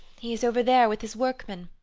he is over there with his workmen.